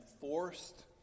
forced